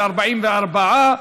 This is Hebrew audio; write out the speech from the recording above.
זה 44,